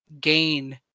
gain